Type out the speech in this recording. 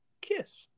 Kiss